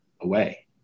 away